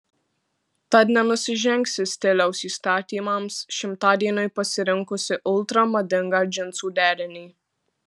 tad nenusižengsi stiliaus įstatymams šimtadieniui pasirinkusi ultra madingą džinsų derinį